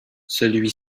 celui